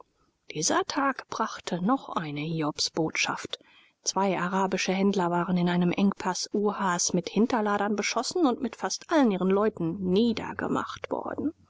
dieser tag brachte noch eine hiobsbotschaft zwei arabische händler waren in einem engpaß uhas mit hinterladern beschossen und mit fast allen ihren leuten niedergemacht worden